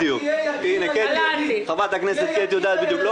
בדיוק, חברת הכנסת קטי, יודעת בדיוק.